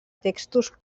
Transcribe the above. textos